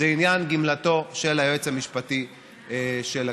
זה עניין גמלתו של היועץ המשפטי של הכנסת.